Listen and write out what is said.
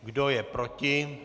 Kdo je proti?